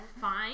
fine